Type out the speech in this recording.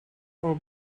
aber